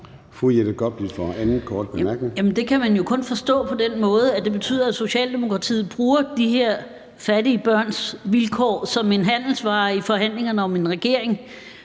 Jette Gottlieb (EL): Det kan man jo kun forstå på den måde, at det betyder, at Socialdemokratiet bruger de her fattige børns vilkår som en handelsvare i forhandlingerne om en regering.